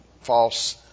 false